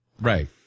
Right